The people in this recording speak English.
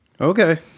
Okay